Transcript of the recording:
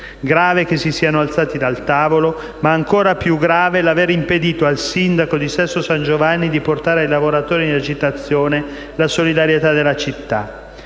grave che si siano alzati dal tavolo, ma ancor più grave è l'aver impedito al sindaco di Sesto San Giovanni di portare ai lavoratori in agitazione la solidarietà della città.